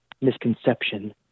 misconception